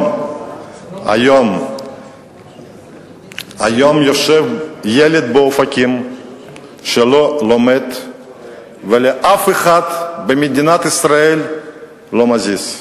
היום יושב ילד באופקים שלא לומד ולאף אחד במדינת ישראל זה לא מזיז.